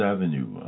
Avenue